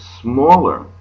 smaller